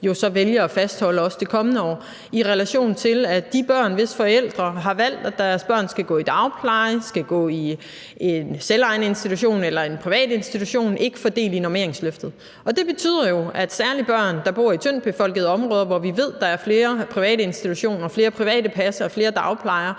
jo så vælger at fastholde også det kommende år, i relation til at de børn, hvis forældre har valgt, at deres børn skal gå i dagpleje, i en selvejende institution eller en privat institution, ikke får del i normeringsløftet. Det betyder jo, at særlig børn, der bor i et tyndtbefolket område, hvor vi ved, at der er flere private institutioner og flere private passere og flere dagplejere,